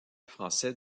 français